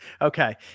Okay